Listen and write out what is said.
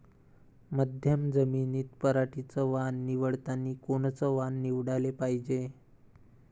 मध्यम जमीनीत पराटीचं वान निवडतानी कोनचं वान निवडाले पायजे?